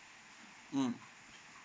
mm